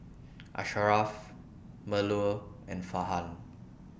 Asharaff Melur and Farhan